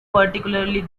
particularly